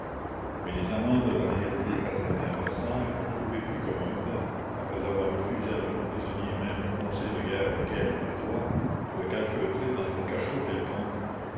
mais les amants de la légalité casernés à versailles ont trouvé plus commode après avoir refusé à leur prisonnier même le conseil de guerre auquel il a droit de le calfeutrer dans un cachot quelconque